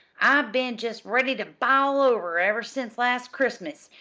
i've been jest ready to bile over ever since last christmas,